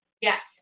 Yes